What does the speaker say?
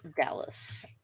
Dallas